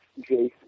Jace